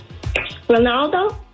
Ronaldo